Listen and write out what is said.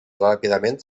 ràpidament